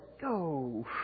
go